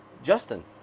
Justin